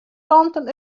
kanten